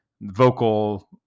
vocal